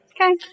Okay